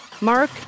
Mark